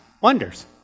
wonders